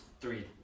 three